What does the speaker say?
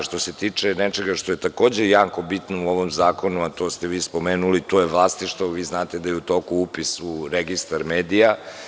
Što se tiče nečega što je takođe jako bitno u ovom zakonu, a to ste vi spomenuli, to je vlasništvo i vi znate da je u toku upis u registar medija.